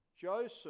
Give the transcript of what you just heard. joseph